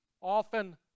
often